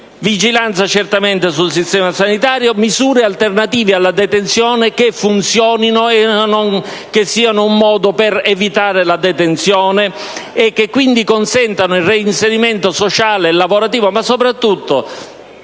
vigilanza sul sistema sanitario, pensiamo a misure alternative alla detenzione che funzionino e non siano un modo per evitare la detenzione, in modo da consentire il reinserimento sociale e lavorativo, ma soprattutto